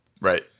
Right